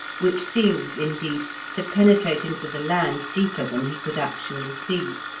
which seemed, indeed, to penetrate into the land deeper than he could actually see.